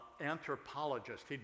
anthropologist